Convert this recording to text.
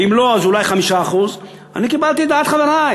ואם לא אז אולי 5% אני קיבלתי את דעת חברי.